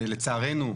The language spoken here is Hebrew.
לצערנו,